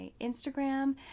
instagram